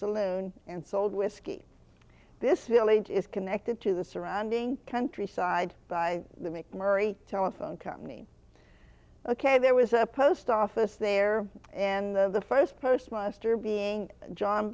saloon and sold whiskey this village is connected to the surrounding countryside by the mcmurry telephone company ok there was a post office there and the first post muster being john